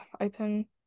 open